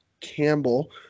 Campbell